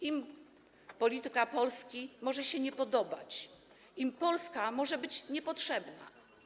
Im polityka Polski może się nie podobać, Polska może być im niepotrzebna.